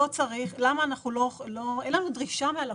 ברוב המקרים אין לנו דרישה מהלקוחות.